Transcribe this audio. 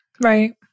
Right